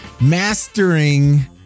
Mastering